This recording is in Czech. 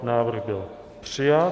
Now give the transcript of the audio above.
Návrh byl přijat.